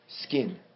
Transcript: skin